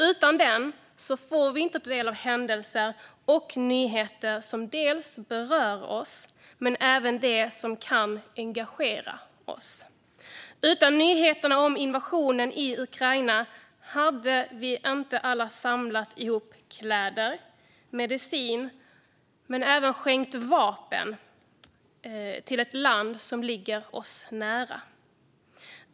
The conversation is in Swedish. Utan den får vi inte ta del av händelser och nyheter som dels berör oss, dels kan engagera oss. Utan nyheterna om invasionen i Ukraina hade vi inte alla samlat ihop kläder och medicin och dessutom skänkt vapen till ett land som ligger oss nära.